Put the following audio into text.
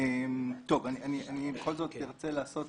אני בכל זאת ארצה לעשות